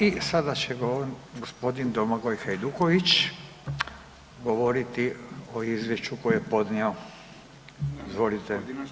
I sada će govoriti g. Domagoj Hajduković, govoriti o izvješću koje je podnio, izvolite.